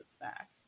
back